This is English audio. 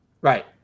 Right